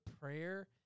prayer